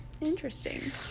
Interesting